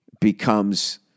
becomes